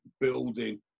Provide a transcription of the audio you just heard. building